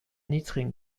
niedrigen